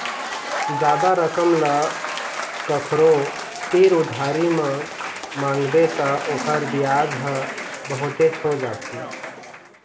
जादा रकम ल कखरो तीर उधारी म मांगबे त ओखर बियाज ह बहुतेच हो जाथे